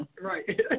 right